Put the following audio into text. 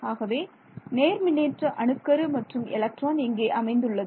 ஆகவே நேர் மின்னேற்ற அணுக்கரு மற்றும் எலக்ட்ரான் இங்கே அமைந்துள்ளது